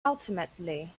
ultimately